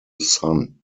son